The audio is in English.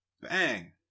Bang